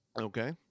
okay